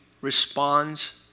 responds